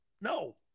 No